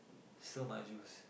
still must use